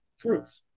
truth